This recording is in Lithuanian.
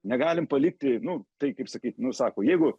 negalime palikti nu tai kaip sakyt nu sako jeigu